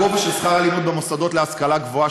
הגובה של שכר הלימוד במוסדות להשכלה גבוהה,